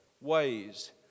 ways